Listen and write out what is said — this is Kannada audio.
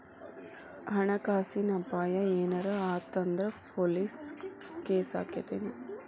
ಹಣ ಕಾಸಿನ್ ಅಪಾಯಾ ಏನರ ಆತ್ ಅಂದ್ರ ಪೊಲೇಸ್ ಕೇಸಾಕ್ಕೇತೆನು?